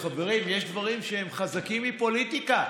חברים: יש דברים שהם חזקים מפוליטיקה.